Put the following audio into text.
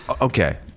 okay